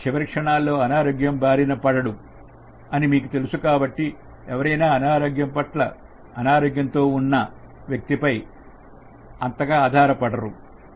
చివరి క్షణాల్లో అనారోగ్య బారిన పడడు అని మీకు తెలుసు కాబట్టి ఎవరైనా అనారోగ్యంతో ఉన్న వ్యక్తిపై అంతగా ఆధారపడ్డారు